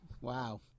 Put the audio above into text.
wow